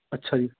ਅੱਛਾ ਜੀ